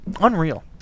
Unreal